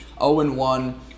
0-1